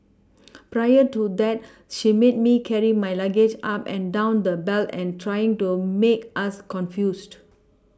prior to that she made me carry my luggage up and down the belt and trying to make us confused